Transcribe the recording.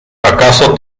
acaso